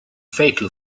fatal